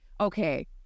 okay